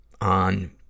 on